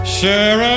share